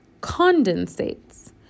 condensates